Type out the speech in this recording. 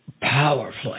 powerfully